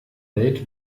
welt